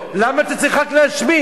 למה אתה צריך רק להשמיץ?